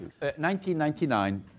1999